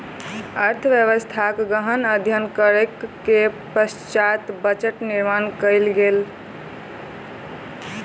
अर्थव्यवस्थाक गहन अध्ययन करै के पश्चात बजट निर्माण कयल गेल